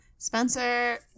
Spencer